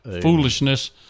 foolishness